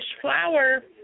flower